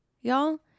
y'all